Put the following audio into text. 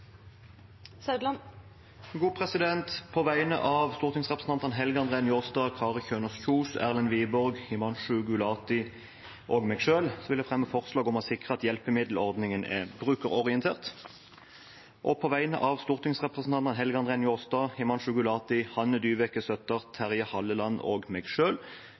På vegne av stortingsrepresentantene Helge André Njåstad, Kari Kjønaas Kjos, Erlend Wiborg, Himanshu Gulati og meg selv vil jeg fremme forslag om å sikre at hjelpemiddelordningen er brukerorientert. Og på vegne av stortingsrepresentantene Helge André Njåstad, Himanshu Gulati, Hanne Dyveke Søttar, Terje Halleland og meg